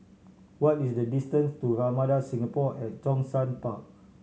what is the distance to Ramada Singapore at Zhongshan Park